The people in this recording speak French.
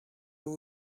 vous